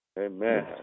Amen